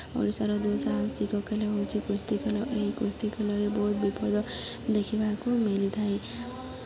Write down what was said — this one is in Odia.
ଓଡ଼ିଶାର ଦୁଃସାହସିକ ଖେଳ ହେଉଛି କୁସ୍ତି ଖେଳ ଏହି କୁସ୍ତି ଖେଳରେ ବହୁତ ବିପଦ ଦେଖିବାକୁ ମିଳିଥାଏ